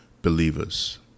Believers